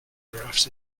graphs